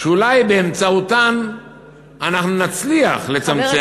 שאולי באמצעותם אנחנו נצליח לצמצם,